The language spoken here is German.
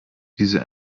diese